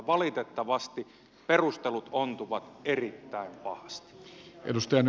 valitettavasti perustelut ontuvat erittäin pahasti